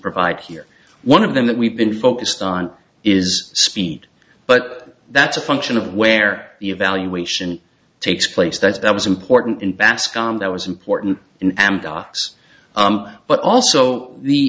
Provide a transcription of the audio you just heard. provide here one of them that we've been focused on is speed but that's a function of where the evaluation takes place that's that was important in bascom that was important in amdocs but also the